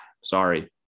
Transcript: sorry